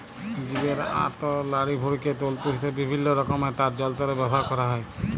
জীবের আঁত অ লাড়িভুঁড়িকে তল্তু হিসাবে বিভিল্ল্য রকমের তার যল্তরে ব্যাভার ক্যরা হ্যয়